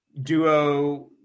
duo